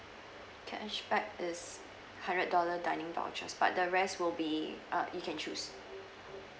cashback is hundred dollar dining vouchers but the rest will be uh you can choose